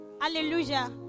hallelujah